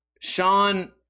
Sean